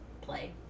play